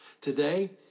Today